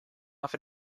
off